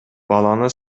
баланы